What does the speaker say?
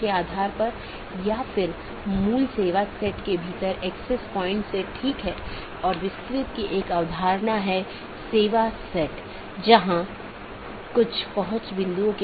इस प्रकार हमारे पास आंतरिक पड़ोसी या IBGP है जो ऑटॉनमस सिस्टमों के भीतर BGP सपीकरों की एक जोड़ी है और दूसरा हमारे पास बाहरी पड़ोसीयों या EBGP कि एक जोड़ी है